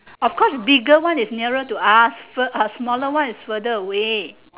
of course bigger one is nearer to us smaller one is further away